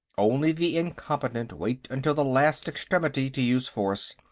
only the incompetent wait until the last extremity to use force,